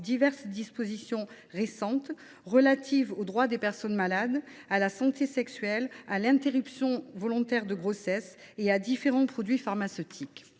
diverses dispositions récentes relatives aux droits des personnes malades, à la santé sexuelle, à l’interruption volontaire de grossesse et à différents produits pharmaceutiques.